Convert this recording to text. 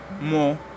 more